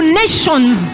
nations